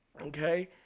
Okay